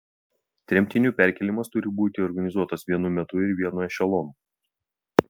tremtinių perkėlimas turi būti organizuotas vienu metu ir vienu ešelonu